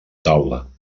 taula